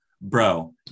bro